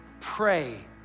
pray